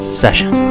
session